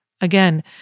Again